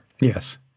Yes